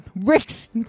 Rick's